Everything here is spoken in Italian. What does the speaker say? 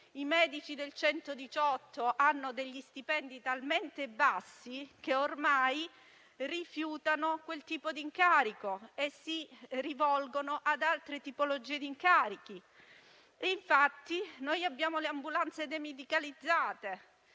I medici del 118 hanno degli stipendi talmente bassi, che ormai rifiutano quel tipo di incarico e si rivolgono ad altre tipologie di incarichi, tanto che abbiamo le ambulanze demedicalizzate.